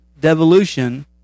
devolution